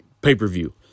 pay-per-view